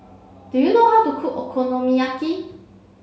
do you know how to cook Okonomiyaki